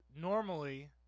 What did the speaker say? normally